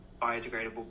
biodegradable